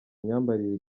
myambarire